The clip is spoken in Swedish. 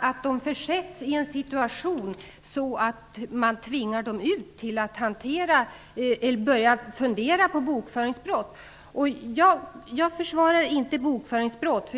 att de försätts i en situation där de tvingas börja fundera på bokföringsbrott. Jag försvarar inte bokföringsbrott.